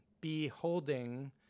Beholding